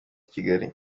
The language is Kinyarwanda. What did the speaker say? kigali